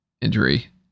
injury